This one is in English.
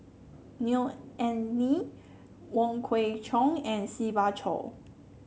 Neo Anngee Wong Kwei Cheong and Siva Choy